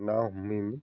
ना हमहैयोमोन